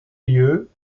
lieux